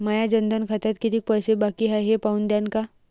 माया जनधन खात्यात कितीक पैसे बाकी हाय हे पाहून द्यान का?